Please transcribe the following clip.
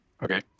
Okay